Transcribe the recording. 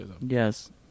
Yes